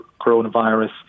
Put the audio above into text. coronavirus